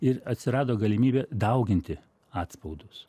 ir atsirado galimybė dauginti atspaudus